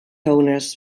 owners